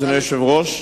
אדוני היושב-ראש,